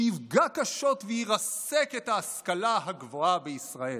שיפגע קשות וירסק את ההשכלה הגבוהה בישראל".